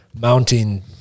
mounting